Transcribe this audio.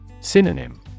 Synonym